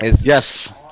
Yes